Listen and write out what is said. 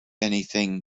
anything